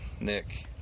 Nick